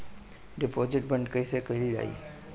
Deposit बंद कैसे कैल जाइ?